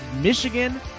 Michigan